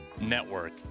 network